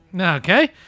Okay